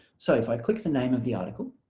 so if i click the name of the article